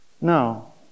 No